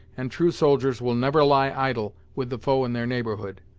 and true soldiers will never lie idle with the foe in their neighborhood.